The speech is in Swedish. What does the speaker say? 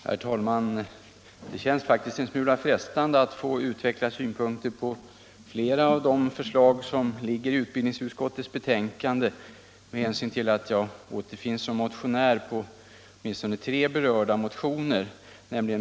Herr talman! Det känns en smula frestande att utveckla synpunkter på flera av de förslag som behandlas i utbildningsutskottets betänkande. Jag återfinns nämligen som motionär på åtminstone tre av de berörda motionerna.